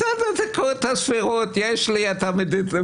בסדר, תיקחו את הסבירות, יש לי את המידתיות.